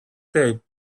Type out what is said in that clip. taped